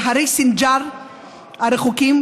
בהרי סינג'אר הרחוקים,